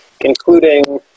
including